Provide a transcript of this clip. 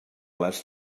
les